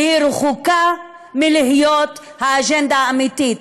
רחוקה מלהיות האג'נדה האמיתית,